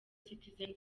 citizen